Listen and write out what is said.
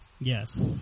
Yes